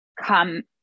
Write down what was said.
come